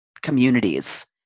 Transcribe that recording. communities